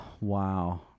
Wow